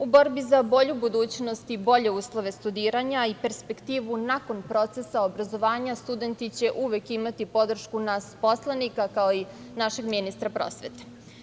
U borbi za bolju budućnost i bolje uslove studiranja i perspektivu nakon procesa obrazovanja, studenti će uvek imati podršku nas poslanika, kao i našeg ministra prosveta.